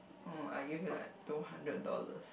oh I gave you like two hundred dollars